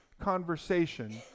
conversation